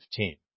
15